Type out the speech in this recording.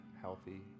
healthy